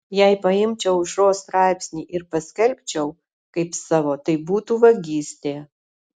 jei paimčiau aušros straipsnį ir paskelbčiau kaip savo tai būtų vagystė